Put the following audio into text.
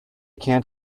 can’t